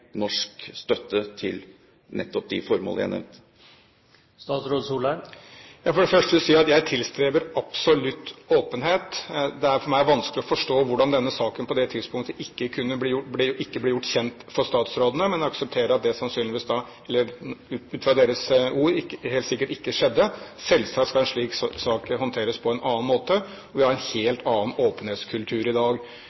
norsk støtte til nettopp de formål jeg nevnte? Jeg vil for det første si at jeg tilstreber absolutt åpenhet. Det er for meg vanskelig å forstå hvordan denne saken på det tidspunktet ikke ble gjort kjent for statsrådene. Men jeg aksepterer ut fra deres ord at det helt sikkert ikke skjedde. Selvsagt skal en slik sak håndteres på en annen måte. Vi har en